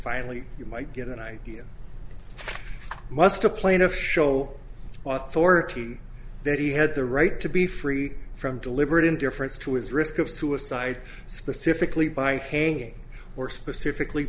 finally you might get an idea must a plaintiff show for a team that he had the right to be free from deliberate indifference to his risk of suicide specifically by hanging or specifically